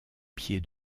pieds